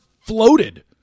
floated